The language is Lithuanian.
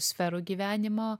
sferų gyvenimo